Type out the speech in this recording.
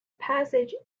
passage